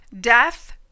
Death